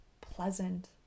pleasant